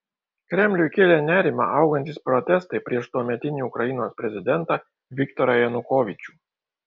kremliui kėlė nerimą augantys protestai prieš tuometinį ukrainos prezidentą viktorą janukovyčių